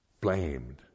blamed